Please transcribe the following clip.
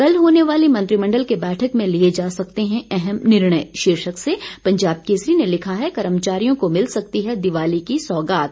कल होने वाली मंत्रिमंडल की बैठक में लिए जा सकते हैं अहम निर्णय शीर्षक से पंजाब केसरी ने लिखा है कर्मचारियों को मिल सकती है दिवाली की सौगात